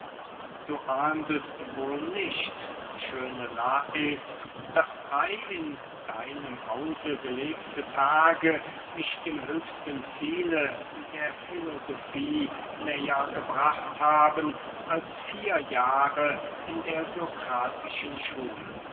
du ahnest wohl nicht schöne lais daß drey in deinem hause gelebte tage mich dem höchsten ziele der filosofie näher gebracht haben als vier jahre in der sokratischen schule